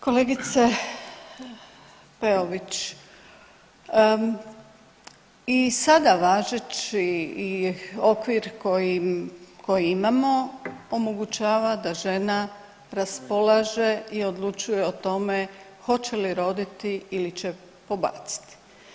Kolegice Peović, i sada važeći i okvir koji imamo omogućava da žena raspolaže i odlučuje o tome hoće li roditi ili će pobaciti.